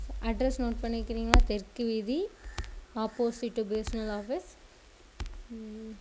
address note பண்ணிக்கிறிங்களா தெற்கு வீதி அப்போசிட் பிஎஸ்என்எல் அப்போசிட் ஆஃபீஸ்